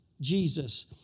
Jesus